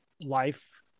life